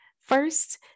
first